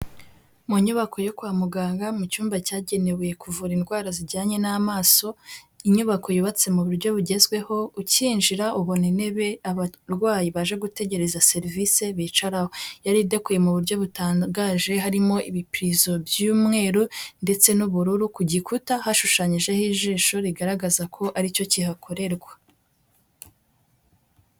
Mu nyubako yo kwa muganga mu cyumba cyagenewe kuvura indwara zijyanye n'amaso, inyubako yubatse mu buryo bugezweho, ukinjira ubona intebe abarwayi baje gutegereza serivise bicarahoraho. Yari idekoye mu buryo butangaje, harimo ibipirizo by'umweru ndetse n'ubururu, ku gikuta hashushanyijeho ijisho rigaragaza ko ari cyo kihakorerwa.